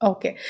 Okay